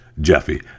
Jeffy